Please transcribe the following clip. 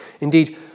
Indeed